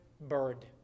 bird